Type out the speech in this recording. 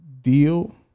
Deal